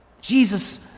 Jesus